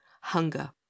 hunger